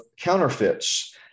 counterfeits